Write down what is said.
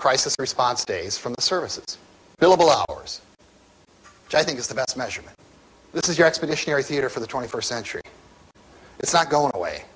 crisis response days from the services billable hours i think is the best measure this is your expeditionary theater for the twenty first century it's not going away